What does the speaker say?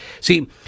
See